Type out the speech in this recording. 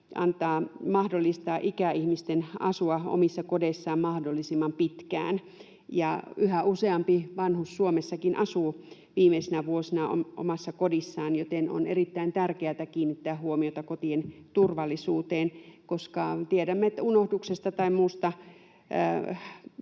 myös mahdollistaa ikäihmisten asuminen omissa kodeissaan mahdollisimman pitkään. Yhä useampi vanhus Suomessakin asuu viimeisinä vuosina omassa kodissaan, joten on erittäin tärkeätä kiinnittää huomiota kotien turvallisuuteen, koska tiedämme, että unohduksesta tai muusta